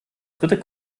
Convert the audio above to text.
dritte